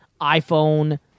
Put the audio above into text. iPhone